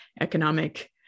economic